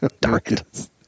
Darkness